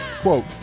Quote